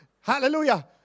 Hallelujah